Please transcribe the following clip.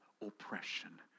oppression